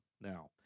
Now